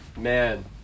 Man